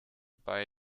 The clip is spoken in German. bei